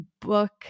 book